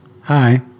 hi